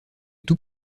tout